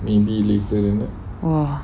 !wah!